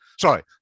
Sorry